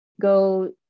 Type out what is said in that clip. go